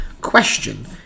question